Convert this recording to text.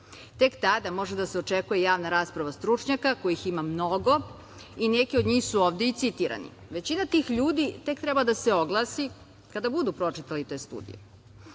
Tek tada može da se očekuje javna rasprava stručnjaka, kojih ima mnogo, i neki od njih su ovde i citirani. Većina tih ljudi tek treba da se oglasi, kada budu pročitali te studije. Da